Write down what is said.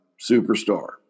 superstar